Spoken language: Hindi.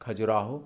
खजुराहो